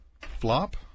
flop